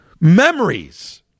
memories